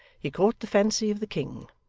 he caught the fancy of the king,